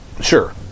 Sure